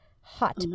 hot